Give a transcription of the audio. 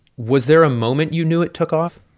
was there a moment you knew it took off?